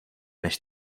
než